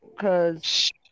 Cause